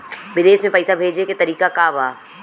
विदेश में पैसा भेजे के तरीका का बा?